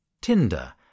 TINDER